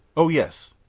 oh yes!